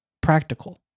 practical